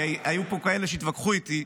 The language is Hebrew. כי היו פה כאלה שהתווכחו איתי.